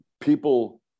people